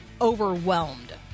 overwhelmed